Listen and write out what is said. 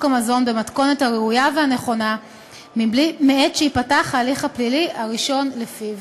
המזון במתכונת הראויה והנכונה מעת שייפתח ההליך הפלילי הראשון לפיו.